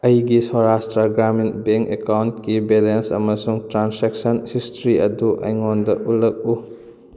ꯑꯩꯒꯤ ꯁꯣꯔꯥꯁꯇ꯭ꯔꯥ ꯒ꯭ꯔꯥꯃꯤꯟ ꯕꯦꯡ ꯑꯦꯀꯥꯎꯟꯀꯤ ꯕꯦꯂꯦꯟꯁ ꯑꯃꯁꯨꯡ ꯇ꯭ꯔꯥꯟꯁꯦꯛꯁꯟ ꯍꯤꯁꯇ꯭ꯔꯤ ꯑꯗꯨ ꯑꯩꯉꯣꯟꯗ ꯎꯠꯂꯛꯎ